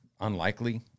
unlikely